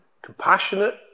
Compassionate